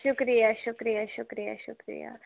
شُکریہ شُکریہ شُکریہ شُکریہ